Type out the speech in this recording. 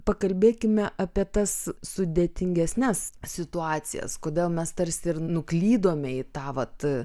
pakalbėkime apie tas sudėtingesnes situacijas kodėl mes tarsi ir nuklydome į tą vat